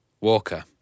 walker